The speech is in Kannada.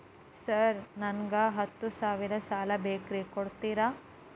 ಸರ್ ನನಗ ಹತ್ತು ಸಾವಿರ ಸಾಲ ಬೇಕ್ರಿ ಕೊಡುತ್ತೇರಾ?